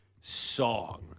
song